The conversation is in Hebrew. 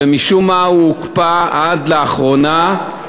ומשום מה הוא הוקפא עד לאחרונה,